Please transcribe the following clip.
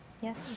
Yes